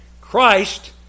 Christ